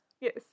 Yes